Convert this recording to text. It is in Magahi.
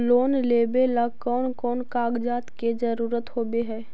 लोन लेबे ला कौन कौन कागजात के जरुरत होबे है?